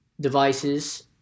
devices